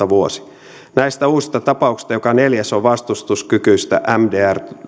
vuosi näistä uusista tapauksista joka neljäs on vastustuskykyistä mdr